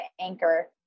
anchor